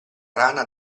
rana